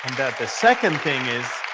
and the second thing is,